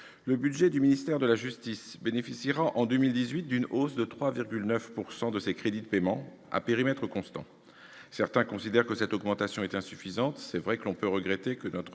le budget du ministère de la justice bénéficiera, en 2018, d'une hausse de 3,9 % de ses crédits de paiement, à périmètre constant. Certains considèrent que cette augmentation est insuffisante. Il est vrai que l'on peut regretter que notre